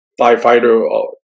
firefighter